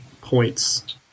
points